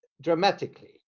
dramatically